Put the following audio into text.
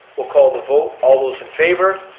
we'll call the vote, all those in favor.